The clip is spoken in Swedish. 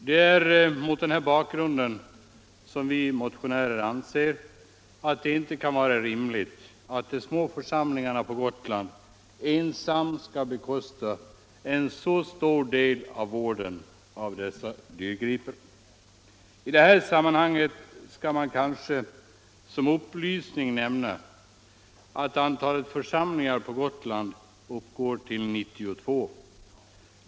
Det är mot den bakgrunden som vi motionärer anser att det inte kan vara rimligt att de små församlingarna på Gotland ensamma skall bekosta en så stor del av vården av dessa dyrgripar. I detta sammanhang skall kanske som upplysning nämnas att antalet församlingar på Gotland uppgår till 92.